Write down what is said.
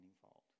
fault